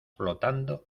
flotando